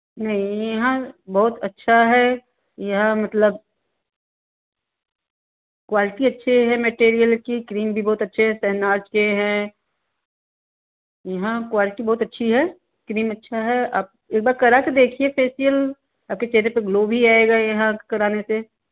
नहीं यहाँ बहुत अच्छा है यहाँ मतलब क्वालिटी अच्छी है मैटेरियल की क्रीम भी बहुत अच्छा है शहनाज के हैं यहाँ क्वालिटी बहुत अच्छी है क्रीम अच्छा है आप एक बार करा कर देखिए फेशियल आपके चेहरे पर ग्लो भी आएगा यहाँ कराने से